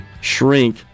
shrink